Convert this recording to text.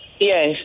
Yes